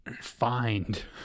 Find